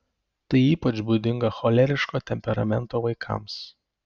tai ypač būdinga choleriško temperamento vaikams